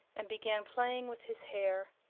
and began playing with his hair.